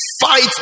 Fight